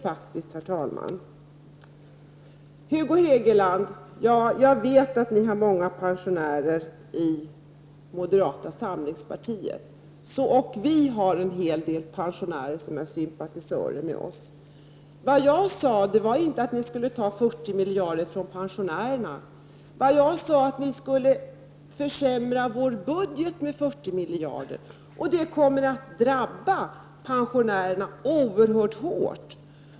Jag vet, Hugo Hegeland, att ni har många pensionärer i moderata samlingspartiet. Också vi har en del pensionärer som sympatiserar med oss. Jag sade inte att ni skulle ta 40 miljarder från pensionärerna. Jag sade att ni skulle försämra vår budget med 40 miljarder. Det kommer att drabba pen sionärerna oerhört hårt.